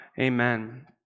Amen